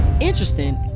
Interesting